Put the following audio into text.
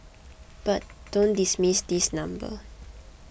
but don't dismiss this number